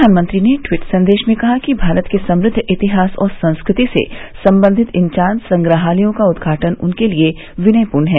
प्रधानमंत्री ने ट्वीट संदेश में कहा है कि भारत के समृद्व इतिहास और संस्कृति से संबंधित इन चार संग्रहालयों का उदघाटन उनके लिये विनयपूर्ण है